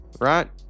Right